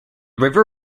river